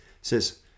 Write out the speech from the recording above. says